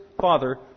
father